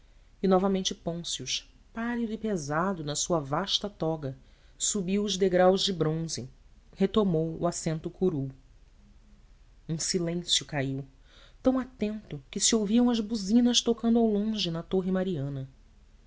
e novamente pôncio pálido e pesado na sua vasta toga subiu os degraus de bronze retomou o assento curul um silêncio caiu tão atento que se ouviam as buzinas tocando ao longe na torre mariana